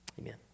Amen